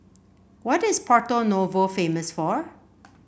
what is Porto Novo famous for